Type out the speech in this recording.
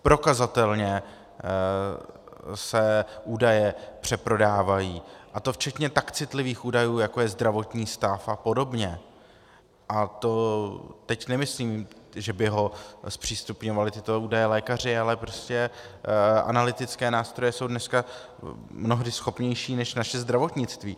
Prokazatelně se údaje přeprodávají, a to včetně tak citlivých údajů, jako je zdravotní stav apod., a to teď nemyslím, že by zpřístupňovali tyto údaje lékaři, ale prostě analytické nástroje jsou dneska mnohdy schopnější než naše zdravotnictví.